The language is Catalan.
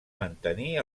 mantenir